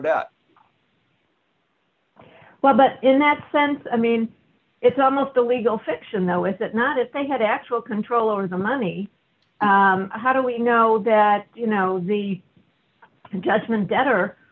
that well but in that sense i mean it's almost a legal fiction though is it not if they had actual control over the money how do we know that you know the judgment debtor